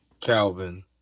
Calvin